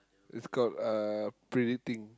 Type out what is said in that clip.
it's called uh predicting